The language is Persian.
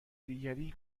دیگری